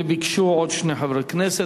וביקשו עוד שני חברי כנסת,